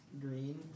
green